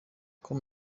com